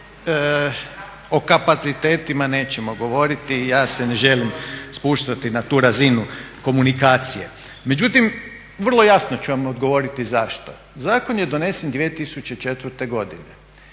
O kapacitetima nećemo govoriti, ja se ne želim spuštati na tu razinu komunikacije. Međutim, vrlo jasno ću vam odgovoriti zašto. Zakon je donesen 2004. godine.